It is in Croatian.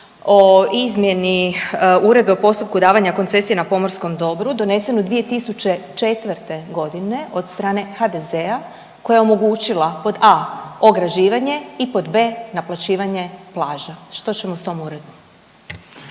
o izmjeni Uredbe o postupku davanja koncesije na pomorskom dobru donesenu 2004. godine od strane HDZ-a koja je omogućila pod a) ograđivanje i pod b) naplaćivanje plaža. Što ćemo s tom uredbom?